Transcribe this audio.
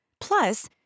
Plus